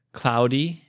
cloudy